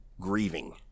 grieving